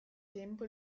tempo